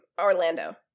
Orlando